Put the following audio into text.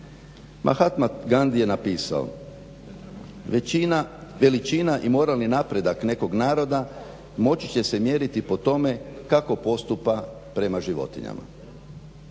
Mahatma Gandhi je napisao: "Većina, veličina i moralni napredak nekog naroda moći će se mjeriti po tome kako postupa prema životinjama.".